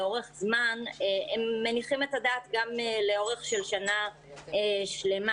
שהם מניחים את הדעת לאורך של שנה שלמה.